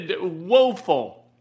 woeful